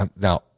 now